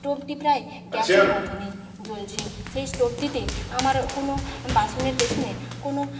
স্টোভটি প্রায় গ্যাসের মতোনই জ্বলছে সেই স্টোভটিতে আমার কোনো বাসনের পেছনে কোনো